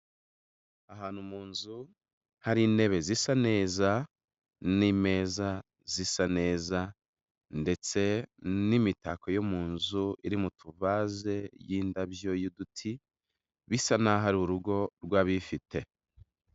Ahantu mu nzu hari intebe zisa neza n'imeza zisa neza, ndetse n'imitako yo mu nzu iri mu tuvaze y'indabyo y'uduti, bisa n'aho ari urugo rwabifite.